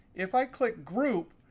if i click group,